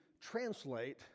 translate